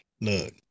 look